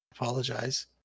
Apologize